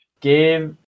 Game